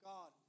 God